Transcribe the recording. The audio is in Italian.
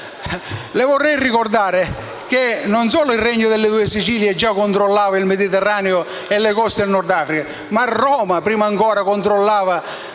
le vorrei ricordare che non solo il Regno delle due Sicilie già controllava il Mediterraneo e le coste del Nord Africa, ma prima ancora le controllava